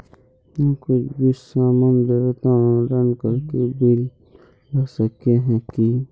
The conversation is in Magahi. हम कुछ भी सामान लेबे ते ऑनलाइन करके बिल ला सके है की?